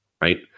right